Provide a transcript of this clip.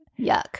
Yuck